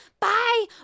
Bye